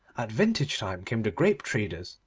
at vintage-time came the grape-treaders,